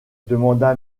demanda